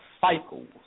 cycles